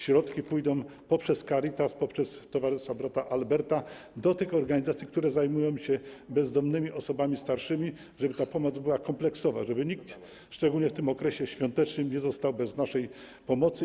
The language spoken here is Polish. Środki pójdą poprzez Caritas, poprzez Towarzystwo Pomocy im. św. Brata Alberta do tych organizacji, które zajmują się bezdomnymi osobami starszymi, żeby ta pomoc była kompleksowa, żeby nikt, szczególnie w okresie świątecznym, nie został bez naszej pomocy.